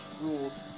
rules